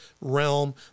realm